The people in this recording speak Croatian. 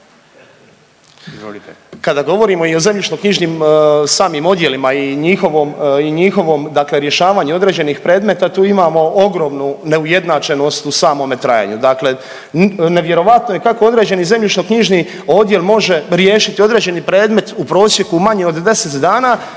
kada govorimo o zemljišno-knjižnim samim odjelima i njihovom i njihovom dakle rješavanju određenih predmeta tu imamo ogromnu neujednačenost u samome trajanju. Dakle, nevjerojatno je kao određeni zemljišno-knjižni odjel može riješiti određeni predmet u prosjeku manje od 10 dana